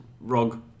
Rog